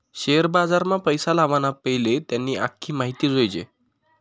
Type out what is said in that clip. share बजारमा पैसा लावाना पैले त्यानी आख्खी माहिती जोयजे